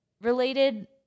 related